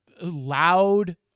loud